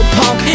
punk